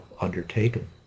undertaken